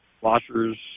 washers